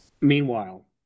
meanwhile